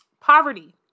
Poverty